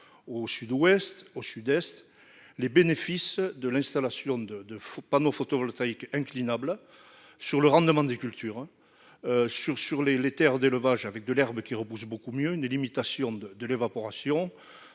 au Sud-Ouest au Sud-Est, les bénéfices de l'installation de de faux panneaux photovoltaïques inclinables sur le rendement des cultures sur sur les les Terres d'élevage avec de l'herbe qui repousse beaucoup mieux une limitation de de l'évaporation,